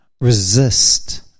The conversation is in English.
resist